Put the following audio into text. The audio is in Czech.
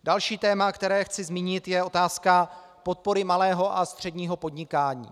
Další téma, které chci zmínit, je otázka podpory malého a středního podnikání.